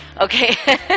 Okay